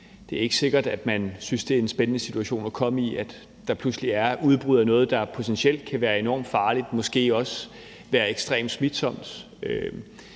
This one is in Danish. driver de her landbrug, synes, det er en spændende situation at komme i, at der pludselig er et udbrud af noget, der potentielt kan være enormt farligt og måske også være ekstremt smitsomt.